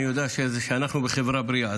אני יודע שאנחנו בחברה בריאה.